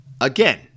again